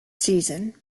season